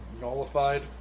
nullified